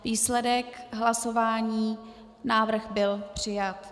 Výsledek hlasování návrh byl přijat.